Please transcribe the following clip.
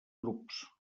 grups